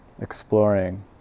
Exploring